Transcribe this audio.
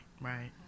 right